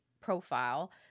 profile